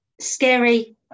scary